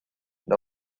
and